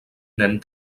nen